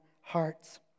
hearts